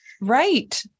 Right